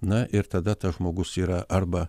na ir tada tas žmogus yra arba